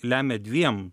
lemia dviem